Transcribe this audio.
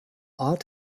ort